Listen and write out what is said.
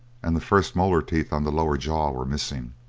and the first molar teeth on the lower jaw were missing.